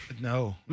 No